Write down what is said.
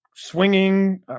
swinging